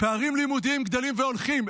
פערים לימודיים גדלים והולכים,